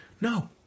no